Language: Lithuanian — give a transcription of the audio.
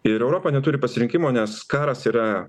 ir europa neturi pasirinkimo nes karas yra